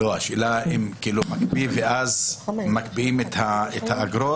השאלה אם הוא מקפיא ואז מקפיאים את האגרות?